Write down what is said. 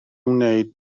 wneud